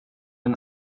den